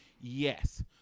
yes